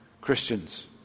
Christians